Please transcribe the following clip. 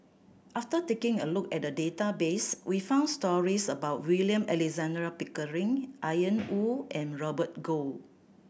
after taking a look at the database we found stories about William Alexander Pickering Ian Woo and Robert Goh